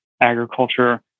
agriculture